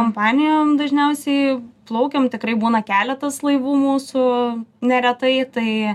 kompanijom dažniausiai plaukiam tikrai būna keletas laivų mūsų neretai tai